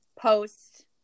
post